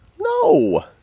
No